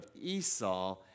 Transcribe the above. esau